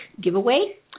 Giveaway